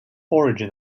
origin